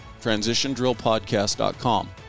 TransitionDrillPodcast.com